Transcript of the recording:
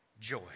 joy